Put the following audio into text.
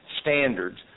standards